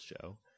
Show